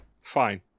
Fine